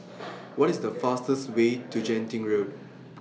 What IS The fastest Way to Genting Road